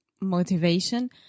motivation